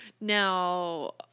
Now